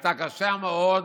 הייתה קשה מאוד,